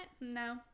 No